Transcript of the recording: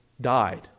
died